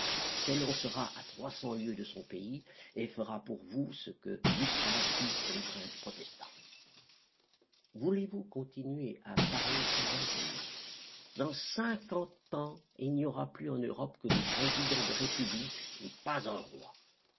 s'élancera à trois cents lieues de son pays et fera pour vous ce que gustave fit pour les princes protestants voulez-vous continuer à parler sans agir dans cinquante ans il n'y aura plus en europe que des présidents de république et pas un roi